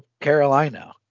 Carolina